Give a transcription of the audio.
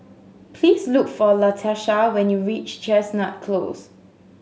please look for Latasha when you reach Chestnut Close